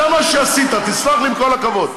זה מה שעשית, תסלח לי, עם כל הכבוד.